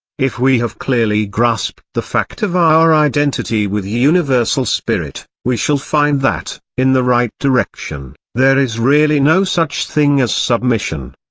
if we have clearly grasped the fact of our identity with universal spirit, we shall find that, in the right direction, there is really no such thing as submission.